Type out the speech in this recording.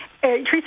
Teresa